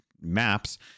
maps